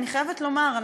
אני חייבת לומר,